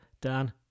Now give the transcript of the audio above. Dan